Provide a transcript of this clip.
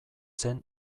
zen